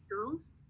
schools